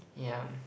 ya